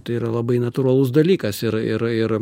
tai yra labai natūralus dalykas ir ir ir